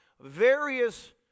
various